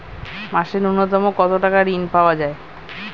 মাসে নূন্যতম কত টাকা ঋণ পাওয়া য়ায়?